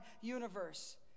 universe